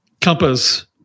Compass